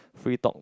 free talk